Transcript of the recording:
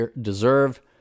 deserve